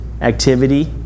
Activity